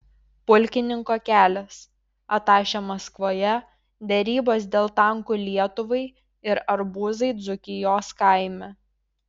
pulkininko kelias atašė maskvoje derybos dėl tankų lietuvai ir arbūzai dzūkijos kaime